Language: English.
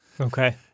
Okay